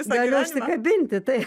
galiu užsikabinti tai